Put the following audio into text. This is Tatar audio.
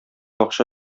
акча